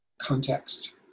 context